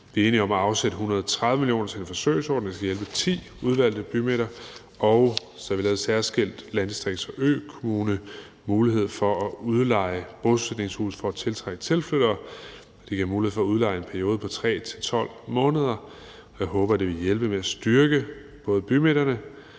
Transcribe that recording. Vi er enige om at afsætte 130 mio. kr. til en forsøgsordning, der skal hjælpe ti udvalgte bymidter, og så har vi givet en særskilt mulighed til landdistrikter og økommuner for at udleje bosætningshuse for at tiltrække tilflyttere. Det giver mulighed for at udleje i en periode på 3-12 måneder. Jeg håber, forslaget vil hjælpe med til at styrke bymidterne